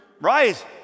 Rise